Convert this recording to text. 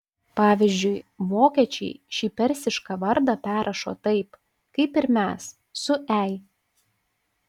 pavyzdžiui vokiečiai šį persišką vardą perrašo taip kaip ir mes su ei